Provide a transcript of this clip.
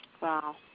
Wow